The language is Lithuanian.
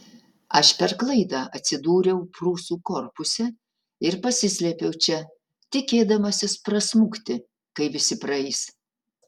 aš per klaidą atsidūriau prūsų korpuse ir pasislėpiau čia tikėdamasis prasmukti kai visi praeis